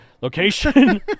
Location